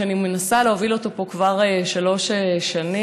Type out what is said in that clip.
שאני מנסה להוביל אותו פה כבר שלוש שנים,